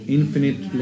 infinite